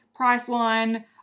Priceline